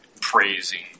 praising